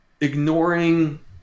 ignoring